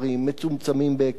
מצומצמים בהיקפם,